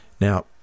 now